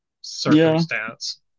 circumstance